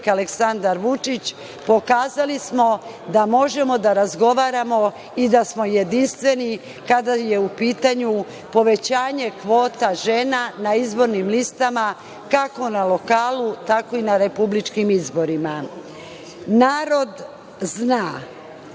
Aleksandar Vučić, pokazali smo da možemo da razgovaramo i da smo jedinstveni, kada je u pitanju povećanje kvota žena na izbornim listama, kako na lokalu, tako i na republičkim izborima. Narod zna